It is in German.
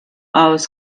aus